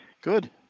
Good